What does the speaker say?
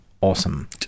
awesome